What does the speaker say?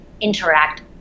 interact